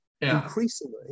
increasingly